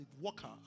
worker